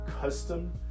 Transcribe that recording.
custom